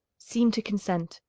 seem to consent,